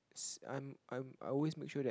I'm I'm I always make sure that